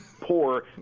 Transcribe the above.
poor